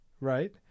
right